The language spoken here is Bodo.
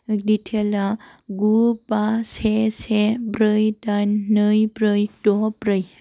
डिटैला गु बा से से ब्रै दाइन नै ब्रै द' ब्रै